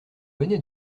venez